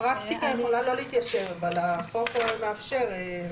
הפרקטיקה יכולה לא להתיישב, אבל החוק מאפשר.